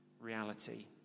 reality